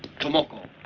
tomoko,